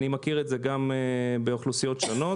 אני מכיר את זה מאוכלוסיות שונות,